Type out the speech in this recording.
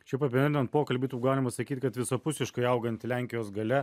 šiaip apibendinant pokalbį galima sakyt kad visapusiškai auganti lenkijos galia